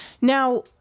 Now